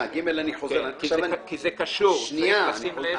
אלף ומשהו עובדים- - צריך לראות שיש לנו סמכות.